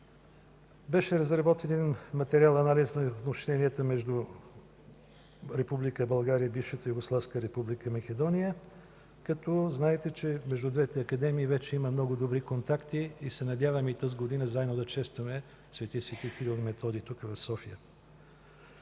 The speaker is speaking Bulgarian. Беше разработен един материал-анализ на отношенията между Република България и бившата югославска Република Македония, като знаете, че между двете академии вече има много добри контакти и се надявам и тази година заедно да честваме Св. Св. Кирил и Методий тук в София.